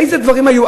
איזה דברים היו?